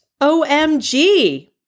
OMG